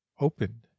opened